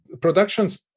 productions